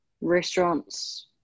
restaurants